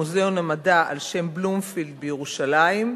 מוזיאון המדע על-שם בלומפילד בירושלים,